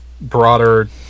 broader